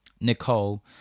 Nicole